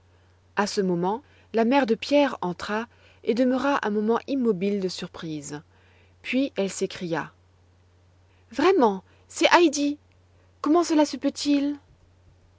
a ce moment la mère de pierre entra et demeura un moment immobile de surprise puis elle s'écria vraiment c'est heidi comment cela se peut-il